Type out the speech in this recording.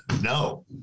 no